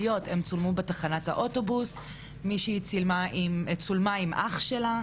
ואז התמונה פורסמה כאילו היה שם משהו שהוא מעבר.